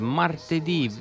martedì